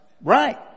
right